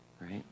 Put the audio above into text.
right